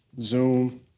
Zoom